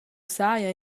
saja